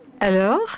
Alors